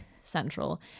central